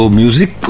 music